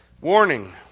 Warning